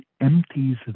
empties